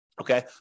okay